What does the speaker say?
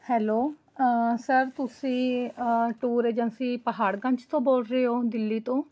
hello sir ਤੁਸੀਂ tour agency Paharganj ਤੋਂ ਬੋਲ ਰਹੇ ਹੋ ਦਿੱਲੀ ਤੋਂ